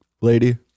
lady